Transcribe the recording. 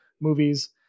movies